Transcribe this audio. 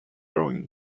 going